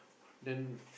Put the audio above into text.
then